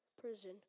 prison